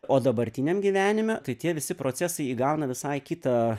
o dabartiniam gyvenime tai tie visi procesai įgauna visai kitą